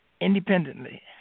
independently